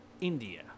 india